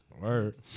Word